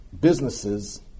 businesses